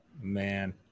man